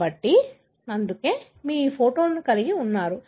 కాబట్టి అందుకే మీరు ఈ ఫోటోను కలిగి ఉన్నారు